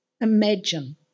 Imagine